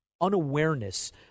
unawareness